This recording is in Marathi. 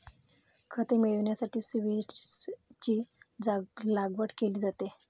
खते मिळविण्यासाठी सीव्हीड्सची लागवड केली जाते